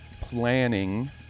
planning